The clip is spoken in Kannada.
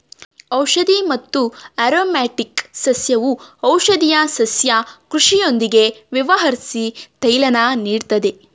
ಔಷಧಿ ಮತ್ತು ಆರೊಮ್ಯಾಟಿಕ್ ಸಸ್ಯವು ಔಷಧೀಯ ಸಸ್ಯ ಕೃಷಿಯೊಂದಿಗೆ ವ್ಯವಹರ್ಸಿ ತೈಲನ ನೀಡ್ತದೆ